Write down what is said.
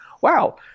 wow